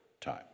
time